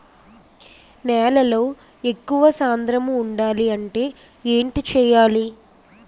నేలలో ఎక్కువ సాంద్రము వుండాలి అంటే ఏంటి చేయాలి?